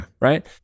Right